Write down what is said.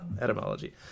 etymology